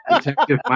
Detective